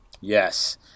Yes